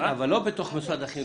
כן, אבל לא בתוך מוסד החינוך.